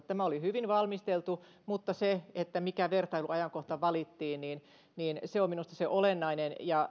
tämä oli hyvin valmisteltu mutta se mikä vertailuajankohta valittiin on minusta se olennainen ja